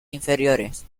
inferiores